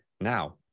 now